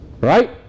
right